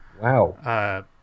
wow